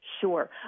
Sure